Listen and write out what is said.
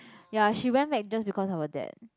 ya she went back just because of her dad